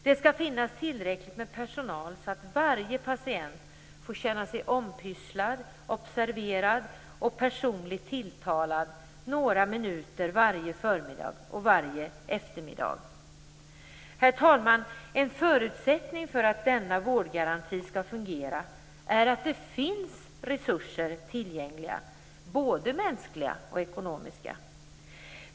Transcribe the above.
Det skall finnas tillräckligt med personal så att varje patient får känna sig ompysslad, observerad och personligt tilltalad några minuter varje förmiddag och varje eftermiddag. Herr talman! En förutsättning för att denna vårdgaranti skall fungera är att det finns resurser tillgängliga, både mänskliga och ekonomiska.